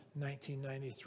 1993